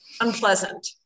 unpleasant